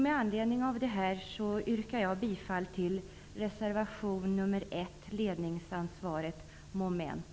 Med anledning av detta yrkar jag bifall till reservation nr 1 om ledningsansvaret.